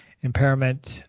impairment